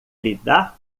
lidar